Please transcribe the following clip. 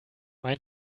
mein